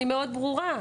אני מאוד ברורה.